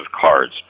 cards